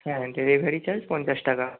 হ্যাঁ delivery charge পঞ্চাশ টাকা